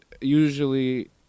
usually